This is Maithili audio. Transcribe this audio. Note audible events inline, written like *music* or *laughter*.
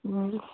*unintelligible*